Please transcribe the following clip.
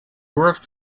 worked